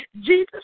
Jesus